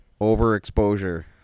overexposure